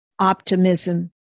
optimism